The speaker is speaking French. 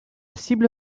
cible